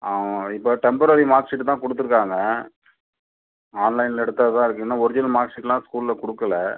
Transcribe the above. ஆ இப்போ temporary mark sheet தான் கொடுத்துருக்காங்க ஆன்லைனில் எடுத்தது தான் இருக்கு இன்னும் ஒரிஜினல் மார்க் ஷீட்லாம் ஸ்கூலில் கொடுக்கல